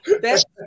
Best